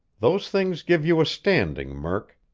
those things give you a standing, murk.